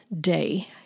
day